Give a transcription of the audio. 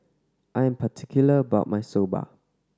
I am particular about my Soba